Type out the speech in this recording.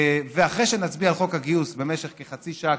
אחרי שנצביע על חוק הגיוס במשך כחצי שעה,